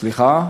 סליחה?